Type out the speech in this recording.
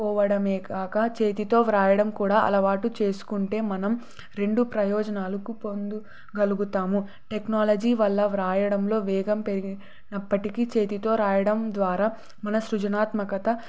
పోవడమే కాక చేతితో వ్రాయడం కూడా అలవాటు చేసుకుంటే మనం రెండు ప్రయోజనాలకు పొందగలుగుతాము టెక్నాలజీ వల్ల వ్రాయడంలో వేగం పెరిగనప్పటికీ చేతితో రాయడం ద్వారా మన సృజనాత్మకత